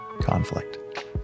conflict